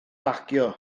bacio